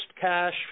cash